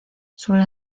suele